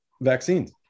vaccines